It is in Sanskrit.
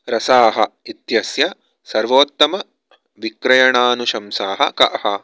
रसाः इत्यस्य सर्वोत्तमविक्रयणानुशंसाः काः